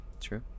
true